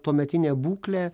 tuometinė būklė